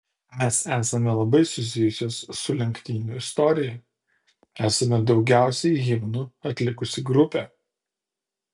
mes esame labai susijusios su lenktynių istorija esame daugiausiai himnų atlikusi grupė